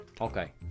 Okay